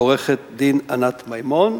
ועורכת-הדין ענת מימון,